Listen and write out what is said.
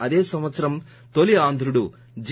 అదే సంవత్సరం తొలి ఆంధ్రుడు జి